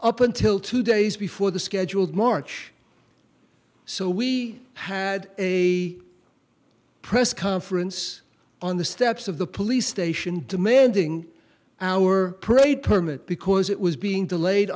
up until two days before the scheduled march so we had a press conference on the steps of the police station demanding our parade permit because it was being delayed